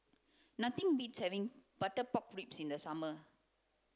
nothing beats having butter pork ribs in the summer